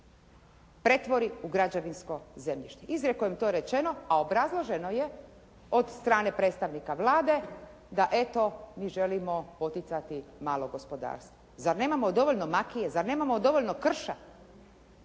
pretvori u građevinsko zemljište. Izrijekom je to rečeno, a obrazloženo je od strane predstavnika Vlade, da eto mi želimo poticati malo gospodarstvo. Zar nemamo dovoljno makije, zar nemamo dovoljno krša